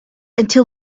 until